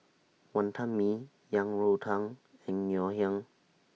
Wonton Mee Yang Rou Tang and Ngoh Hiang